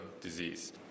disease